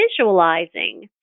visualizing